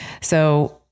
So-